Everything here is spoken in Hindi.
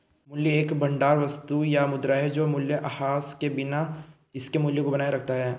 मूल्य का एक भंडार वस्तु या मुद्रा है जो मूल्यह्रास के बिना इसके मूल्य को बनाए रखता है